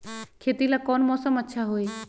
खेती ला कौन मौसम अच्छा होई?